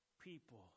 people